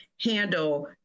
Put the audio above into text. handle